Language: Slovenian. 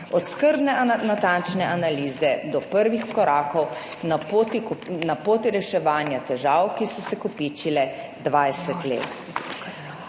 od skrbne, natančne analize do prvih korakov na poti reševanja težav, ki so se kopičile dvajset